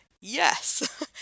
Yes